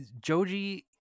Joji